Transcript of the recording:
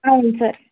అవును సార్